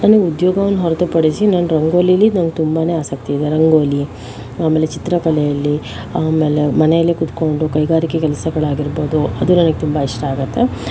ನಾನು ಉದ್ಯೋಗವನ್ನು ಹೊರತುಪಡಿಸಿ ನನ್ನ ರಂಗೋಲೀಲಿ ನನಗೆ ತುಂಬನೇ ಆಸಕ್ತಿಯಿದೆ ರಂಗೋಲಿ ಆಮೇಲೆ ಚಿತ್ರಕಲೆಯಲ್ಲಿ ಆಮೇಲೆ ಮನೇಲಿ ಕೂತ್ಕೊಂಡು ಕೈಗಾರಿಕೆ ಕೆಲಸಗಳಾಗಿರ್ಬೋದು ಅದು ನನಗೆ ತುಂಬ ಇಷ್ಟ ಆಗುತ್ತೆ